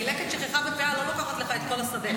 כי הרי לקט, שכחה ופאה לא לוקחים לך את כל השדה.